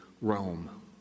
Rome